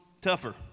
tougher